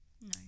No